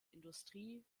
industrie